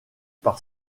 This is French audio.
par